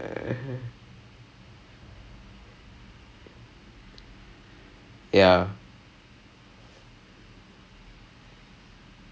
coming up with creative concepts creative ideas but maybe I'm not the guy if you want me to actually like act out